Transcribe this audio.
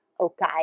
Okay